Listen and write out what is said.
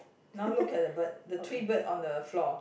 now look at the bird the three bird on the floor